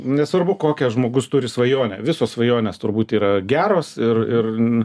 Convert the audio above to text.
nesvarbu kokią žmogus turi svajonę visos svajonės turbūt yra geros ir ir